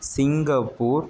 Singapore